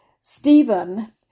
Stephen